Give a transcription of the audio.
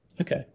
Okay